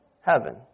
heaven